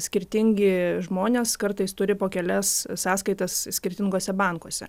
skirtingi žmonės kartais turi po kelias sąskaitas skirtinguose bankuose